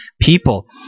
people